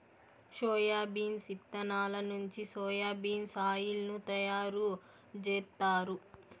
soybeans ఇత్తనాల నుంచి soya bean oil ను తయారు జేత్తారు